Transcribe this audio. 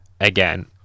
again